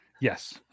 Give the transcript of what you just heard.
Yes